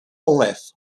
left